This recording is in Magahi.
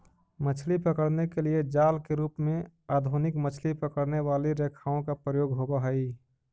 मछली पकड़ने के लिए जाल के रूप में आधुनिक मछली पकड़ने वाली रेखाओं का प्रयोग होवअ हई